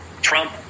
Trump